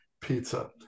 pizza